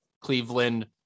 Cleveland